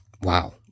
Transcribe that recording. Wow